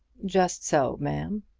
just so, ma'am.